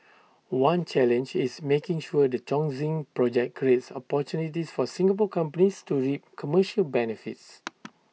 one challenge is making sure the Chongqing project creates opportunities for Singapore companies to reap commercial benefits